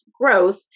growth